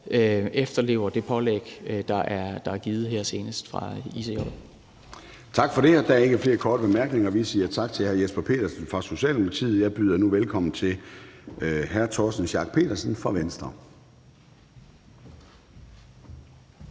efterlever det pålæg, der på det seneste er givet fra ICJ. Kl. 19:16 Formanden (Søren Gade): Der er ikke flere korte bemærkninger, og vi siger tak til hr. Jesper Petersen fra Socialdemokratiet. Jeg byder nu velkommen til hr. Torsten Schack Pedersen fra Venstre.